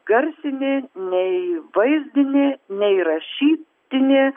garsinė nei vaizdinė nei rašytinė